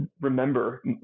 remember